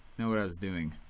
know what i was doing